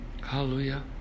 Hallelujah